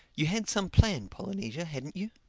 you had some plan polynesia, hadn't you?